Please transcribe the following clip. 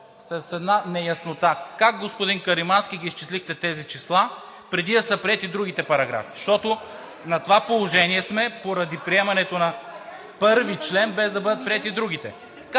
с една неяснота. Господин Каримански, как ги изчислихте тези числа, преди да са приети и другите параграфи, защото сме на това положение, поради приемането на чл. 1, без да бъдат приети другите.